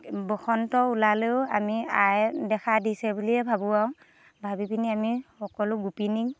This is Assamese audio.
বসন্ত ওলালেও আমি আই দেখা দিছে বুলিয়েই ভাবোঁ আৰু ভাবি পিনি আমি সকলো গোপিনী